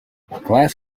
glass